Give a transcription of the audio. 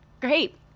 Great